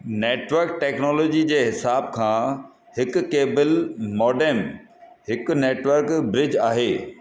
network technology जे हिसाबु खां हिकु केबल मॉडेम हिकु नेटवर्क ब्रिज आहे